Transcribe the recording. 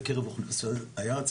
בקרב אוכלוסיית היעד.